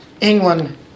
England